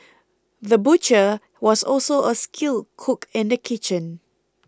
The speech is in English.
the butcher was also a skilled cook in the kitchen